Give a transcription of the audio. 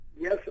Yes